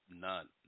None